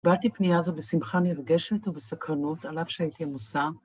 קיבלתי פנייה זו בשמחה נרגשת ובסקרנות, על אף שהייתי עמוסה.